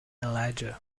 elijah